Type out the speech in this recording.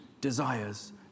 desires